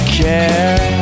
care